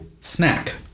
snack